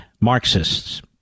Marxists